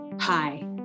Hi